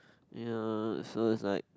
you know so it's like